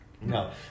No